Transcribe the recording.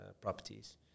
properties